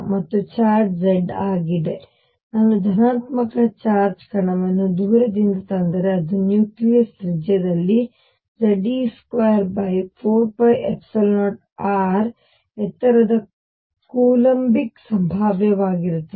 ಮತ್ತು charge Z ಆಗಿದೆ ನಾನು ಧನಾತ್ಮಕ ಚಾರ್ಜ್ ಕಣವನ್ನು ದೂರದಿಂದ ತಂದರೆ ಅದು ನ್ಯೂಕ್ಲಿಯಸ್ ತ್ರಿಜ್ಯದಲ್ಲಿ Ze24π0Rnucleus ಎತ್ತರದ ಕೂಲೊಂಬಿಕ್ ಸಂಭಾವ್ಯವಾಗಿರುತ್ತದೆ